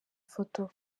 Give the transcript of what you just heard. foto